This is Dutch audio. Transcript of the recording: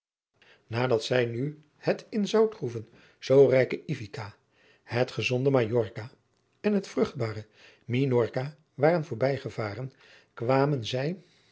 nadat zij nu het in zoutgroeven zoo rijke ivica het gezonde majorca en het vruchtbare minorca waren voorbij gevaren kwamen zij